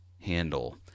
handle